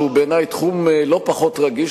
שהוא בעיני תחום לא פחות רגיש,